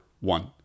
One